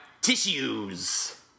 tissues